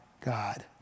God